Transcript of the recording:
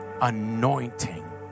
anointing